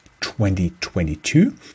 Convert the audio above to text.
2022